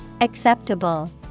Acceptable